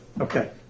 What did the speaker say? Okay